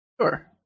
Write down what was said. Sure